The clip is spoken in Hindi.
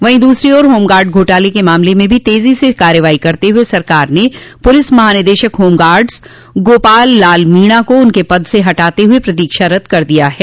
वहीं दूसरी ओर होमगार्ड घोटाले के मामले में भी तेजी से कार्रवाई करते हुए सरकार ने पुलिस महानिदेशक होमगार्ड्स गोपाल लाल मीणा को उनके पद से हटाते हुए प्रतीक्षारत कर दिया है